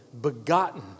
begotten